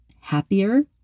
happier